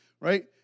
right